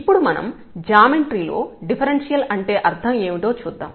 ఇప్పుడు మనం జామెట్రీ లో డిఫరెన్షియల్ అంటే అర్థం ఏమిటో చూద్దాం